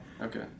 okay